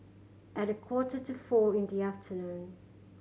at a quarter to four in the afternoon